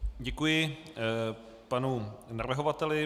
Děkuji panu navrhovateli.